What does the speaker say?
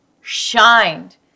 shined